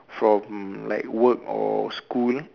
from like work or school